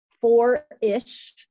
four-ish